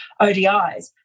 ODIs